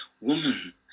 woman